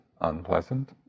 unpleasant